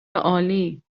عالی